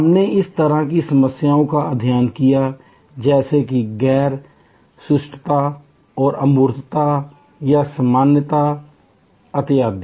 हमने इस तरह की समस्याओं का अध्ययन किया जैसे कि गैर सुस्पष्टता या अमूर्तता या सामान्यता इत्यादि